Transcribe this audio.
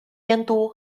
监督